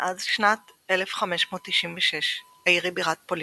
מאז שנת 1596 העיר היא בירת פולין,